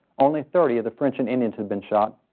only thirty of the french and indians had been shot.